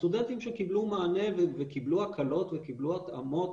הסטודנטים שקיבלו מענה וקיבלו הקלות וקיבלו התאמות